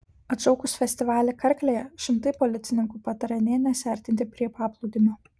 atšaukus festivalį karklėje šimtai policininkų pataria nė nesiartinti prie paplūdimio